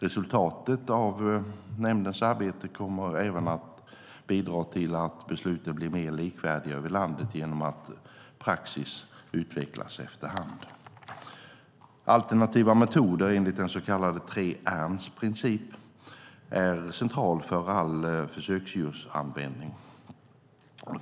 Resultatet av nämndens arbete kommer även det att bidra till att besluten blir mer likvärdiga över landet genom att praxis utvecklas efter hand. Alternativa metoder enligt den så kallade 3R principen är centrala för all försöksdjursanvändning.